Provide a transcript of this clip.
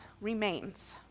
remains